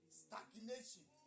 stagnation